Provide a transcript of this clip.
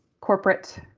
corporate